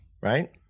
Right